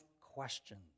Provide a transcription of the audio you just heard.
questions